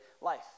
life